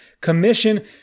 commission